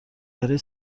برای